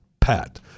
PAT